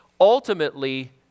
ultimately